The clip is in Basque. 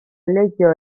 leiho